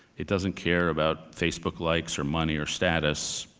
it doesn't care about facebook likes, or money, or status,